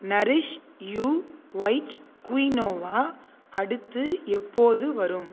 nourish you white quinoa அடுத்து எப்போது வரும்